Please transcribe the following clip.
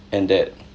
and that